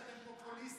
שאתם פופוליסטים,